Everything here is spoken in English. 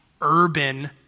urban